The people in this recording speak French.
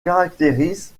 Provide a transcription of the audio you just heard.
caractérise